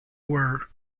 were